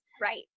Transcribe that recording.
Right